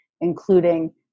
including